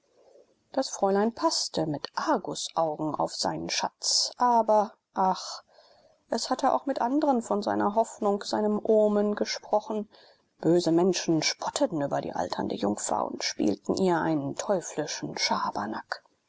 das fräulein paßte mit argusaugen auf seinen schatz aber ach es hatte auch mit anderen von seiner hoffnung seinem omen gesprochen böse menschen spotteten über die alternde jungfer und spielten ihr einen teuflischen schabernack